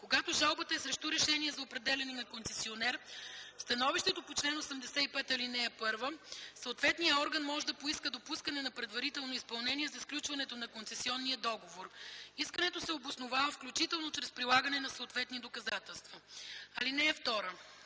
Когато жалбата е срещу решение за определяне на концесионер, в становището по чл. 85, ал. 1 съответният орган може да поиска допускане на предварително изпълнение за сключването на концесионния договор. Искането се обосновава, включително чрез прилагане на съответни доказателства. (2) Комисията